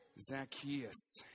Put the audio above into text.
Zacchaeus